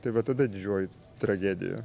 tai va tada didžioji tragedija